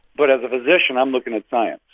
but as a physician, i'm looking at science.